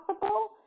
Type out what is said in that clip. possible